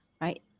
right